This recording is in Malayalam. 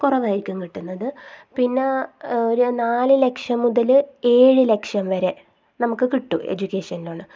കുറവായിരിക്കും കിട്ടുന്നത് പിന്നെ ഒരു നാലു ലക്ഷം മുതൽ ഏഴു ലക്ഷം വരെ നമുക്ക് കിട്ടും എഡ്യൂക്കേഷൻ ലോണ്